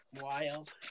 Wild